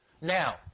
Now